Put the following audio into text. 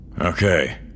Okay